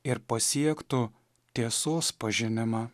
ir pasiektų tiesos pažinimą